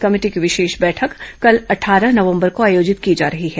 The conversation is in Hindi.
कमेटी की विशेष बैठक कल अट्ठारह नवंबर को आयोजित की जा रही है